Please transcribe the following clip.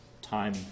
time